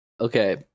Okay